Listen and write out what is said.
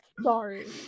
sorry